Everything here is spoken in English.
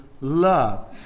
love